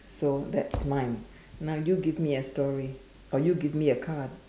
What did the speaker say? so that's mine now you give me a story or you give me a card